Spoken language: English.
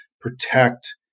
protect